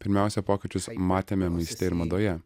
pirmiausia pokyčius matėme maiste ir madoje